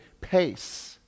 pace